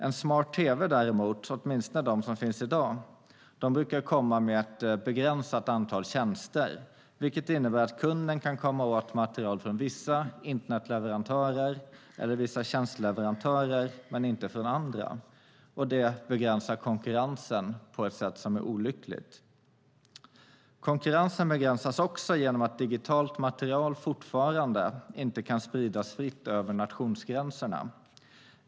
En smart tv, åtminstone de som finns i dag, brukar komma med ett begränsat antal tjänster, vilket innebär att kunden kan komma åt material från vissa internetleverantörer, eller vissa tjänsteleverantörer, men inte från andra. Det begränsar konkurrensen på ett olyckligt sätt. Konkurrensen begränsas också genom att digitalt material fortfarande inte kan spridas fritt över nationsgränserna.